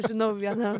žinau vieną